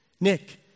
Nick